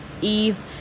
eve